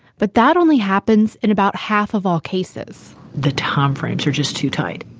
but that only happens in about half of all cases the timeframes are just too tight,